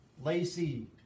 Lacey